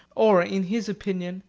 or, in his opinion,